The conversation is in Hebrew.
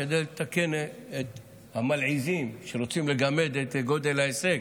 כדי לתקן את המלעיזים שרוצים לגמד את גודל ההישג,